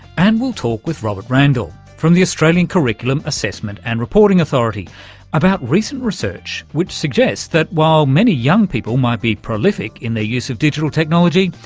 and we'll talk with robert randall from the australian curriculum assessment and reporting authority about recent research which suggests that while many young people might be prolific in their use of digital technology,